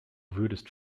würdest